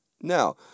Now